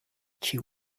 she